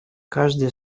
каждая